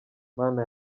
mana